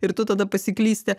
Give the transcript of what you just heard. ir tu tada pasiklysti